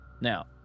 Now